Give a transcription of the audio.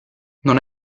non